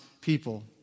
people